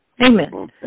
Amen